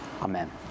Amen